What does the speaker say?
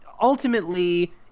ultimately